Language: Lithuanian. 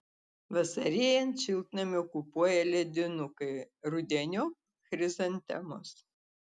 vasarėjant šiltnamį okupuoja ledinukai rudeniop chrizantemos